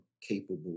capable